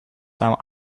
some